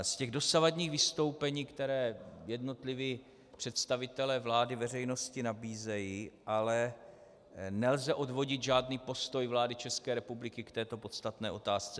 Z těch dosavadních vystoupení, která jednotliví představitelé vlády veřejnosti nabízejí, ale nelze odvodit žádný postoj vlády České republiky k této podstatné otázce.